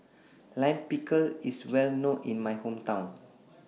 Lime Pickle IS Well known in My Hometown